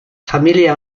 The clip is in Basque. familia